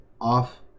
off